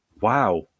wow